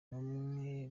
numwe